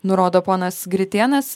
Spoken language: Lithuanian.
nurodo ponas gritėnas